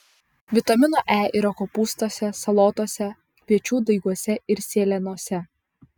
vitamino e yra kopūstuose salotose kviečių daiguose ir sėlenose